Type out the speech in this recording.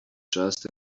just